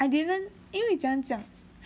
I didn't 因为怎样讲